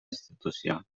institució